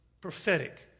prophetic